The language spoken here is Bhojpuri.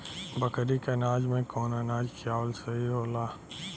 बकरी के अनाज में कवन अनाज खियावल सही होला?